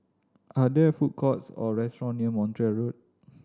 are there food courts or restaurant near Montreal Road